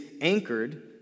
anchored